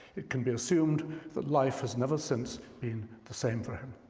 it can be assumed that life has never since been the same for him.